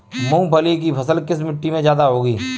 मूंगफली की फसल किस मिट्टी में ज्यादा होगी?